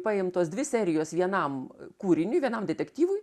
paimtos dvi serijos vienam kūriniui vienam detektyvui